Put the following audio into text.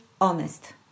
honest